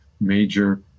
major